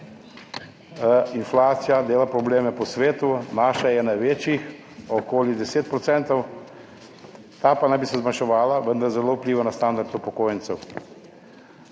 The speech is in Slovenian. Inflacija dela probleme po svetu, naša je ena večjih, okoli 10 %, ta pa naj bi se zmanjševala, vendar zelo vpliva na standard upokojencev